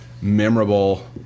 memorable